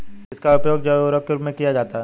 किसका उपयोग जैव उर्वरक के रूप में किया जाता है?